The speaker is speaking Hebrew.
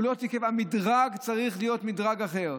המדרג צריך להיות מדרג אחר.